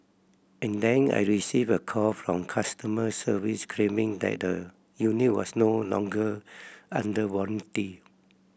and then I received a call from customer service claiming that the unit was no longer under warranty